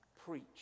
Preach